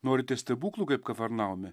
norite stebuklų kaip kafarnaume